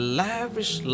lavish